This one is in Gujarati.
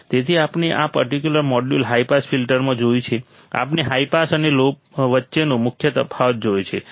તેથી આપણે આ પર્ટિક્યુલર મોડ્યુલ હાઈ પાસ ફિલ્ટર્સમાં જોયું છે આપણે હાઈ પાસ અને લો વચ્ચેનો મુખ્ય તફાવત જોયો છે